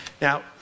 Now